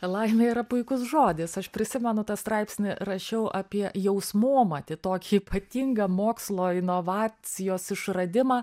laimė yra puikus žodis aš prisimenu tą straipsnį rašiau apie jausmomatį tokį ypatingą mokslo inovacijos išradimą